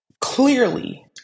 clearly